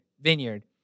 vineyard